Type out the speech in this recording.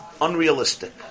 unrealistic